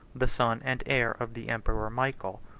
the son and heir of the emperor michael.